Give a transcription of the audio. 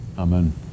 Amen